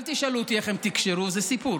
אל תשאלו אותי איך הם תקשרו, זה סיפור,